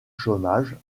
chômage